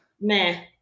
Meh